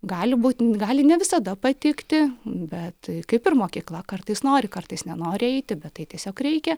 gali būt gali ne visada patikti bet kaip ir mokykla kartais nori kartais nenori eiti bet tai tiesiog reikia